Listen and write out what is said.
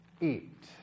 eat